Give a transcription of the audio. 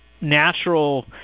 natural